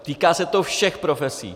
Týká se to všech profesí.